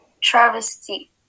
travesty